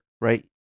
Right